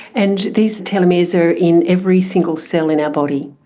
and these telomeres are in every single cell in our body.